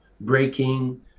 breaking